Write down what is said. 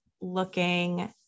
looking